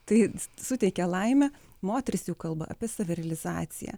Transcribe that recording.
tai suteikia laimę moterys jau kalba apie savirealizaciją